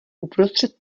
uprostřed